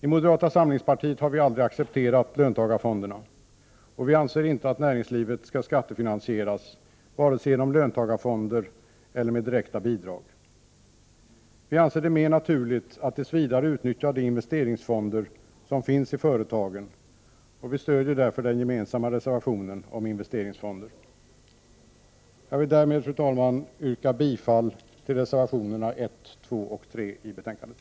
I moderata samlingspartiet har vi aldrig accepterat löntagarfonderna, och vi anser inte att näringslivet skall skattefinansieras vare sig genom löntagarfonder eller med direkta bidrag. Vi anser att det är mer naturligt att tills vidare utnyttja de investeringsfonder som finns i företagen, och vi stödjer därför den gemensamma reservationen om investeringsfonder. Jag vill därmed, herr talman, yrka bifall till reservationerna 1, 2 och 3 till betänkandet.